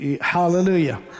Hallelujah